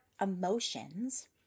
emotions